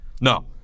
No